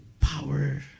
power